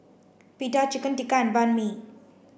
Pita Chicken Tikka and Banh Mi